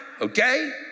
okay